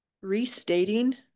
restating